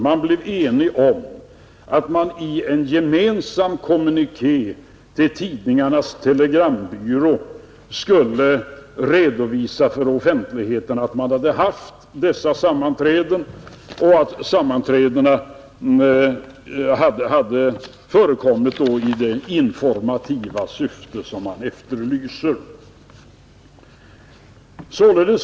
Man blev enig om att man i en gemensam kommuniké till Tidningarnas telegrambyrå skulle redovisa för offentligheten att man hade haft dessa sammanträden och att sammanträdena hade förekommit i det informativa syfte som efterlyses.